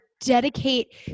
dedicate